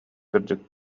кырдьык